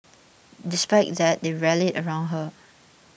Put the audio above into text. despite that they rallied around her